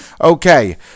Okay